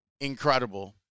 incredible